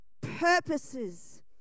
purposes